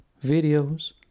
videos